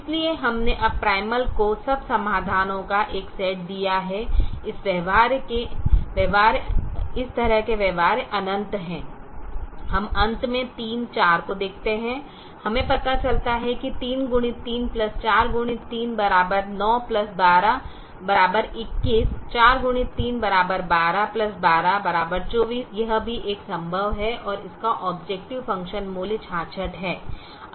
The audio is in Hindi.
इसलिए हमने अब प्राइमल को संभव समाधानों का एक सेट दिया है इस तरह के व्यवहार्य अनंत हैं हम अंत में 34 को देखते हैं और हमें पता चलता है कि 3x3 4x 3 9 12 21 4x3 12 12 24 यह भी एक संभव है और इसका ऑबजेकटिव फ़ंक्शन मूल्य 66 है